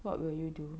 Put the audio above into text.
what will you do